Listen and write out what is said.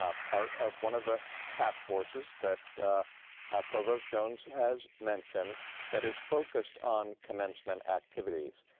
ah part of one of the task forces that provost jones has mentioned that is focused on commencement activities.